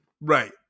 Right